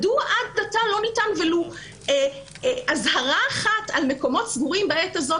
מדוע עד עתה לא ניתנה ולו אזהרה אחת על מקומות סגורים בעת הזאת.